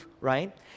right